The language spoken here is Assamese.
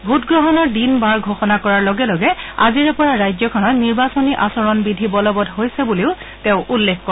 ভোটগ্ৰহণৰ দিন বাৰ ঘোষণা কৰাৰ লগে লগে আজিৰে পৰা ৰাজ্যখনত নিৰ্বাচনী আচৰণ বিধি বলবৎ হৈছে বুলি তেওঁ উল্লেখ কৰে